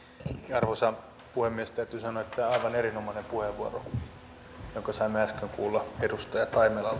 arvoisa puhemies täytyy sanoa että oli aivan erinomainen puheenvuoro jonka saimme äsken kuulla edustaja taimelalta